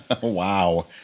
Wow